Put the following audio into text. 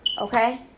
Okay